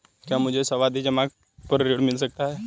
क्या मुझे सावधि जमा पर ऋण मिल सकता है?